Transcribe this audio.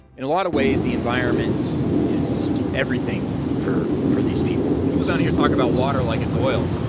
in a lot of ways, the environment is everything for for these people people down here talk about water like it's oil,